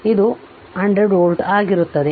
ಆದ್ದರಿಂದ ಇದು 100 ವೋಲ್ಟ್ ಆಗಿರುತ್ತದೆ